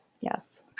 Yes